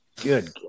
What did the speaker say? Good